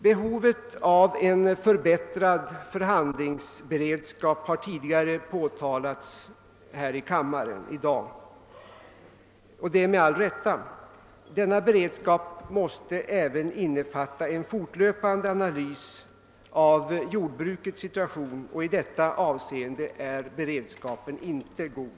Behovet av en förbättrad förhandlingsberedskap har tidigare i dag påtalats här i kammaren och detta med all rätt. Denna beredskap måste även innefatta en fortlöpande analys av jordbrukets situation, och i detta avseen de är beredskapen för närvarande inte god.